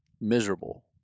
miserable